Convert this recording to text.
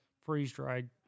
freeze-dried